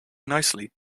nicely